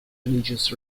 religious